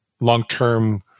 long-term